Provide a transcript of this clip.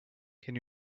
can